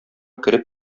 кереп